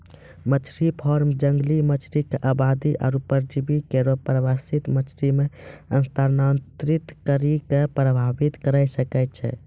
मछरी फार्म जंगली मछरी क आबादी आरु परजीवी केरो प्रवासित मछरी म स्थानांतरित करि कॅ प्रभावित करे सकै छै